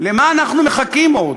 למה אנחנו מחכים עוד?